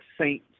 saint